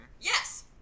Yes